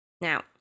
Now